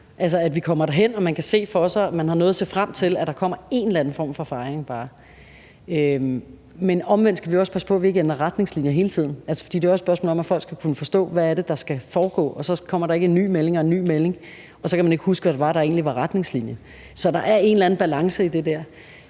at vi kommer derhen, og at man kan se for sig – man har noget at se frem til – at der bare kommer en eller anden form for fejring. Men omvendt skal vi jo også passe på, at vi ikke ændrer retningslinjer hele tiden, for det er også et spørgsmål om, at folk skal kunne forstå, hvad det er, der skal foregå, og så skal der ikke komme en ny melding og så en ny melding, og så kan man ikke huske, hvad det var, der egentlig var retningslinjerne. Så der er en eller anden balance i det der.